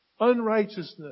unrighteousness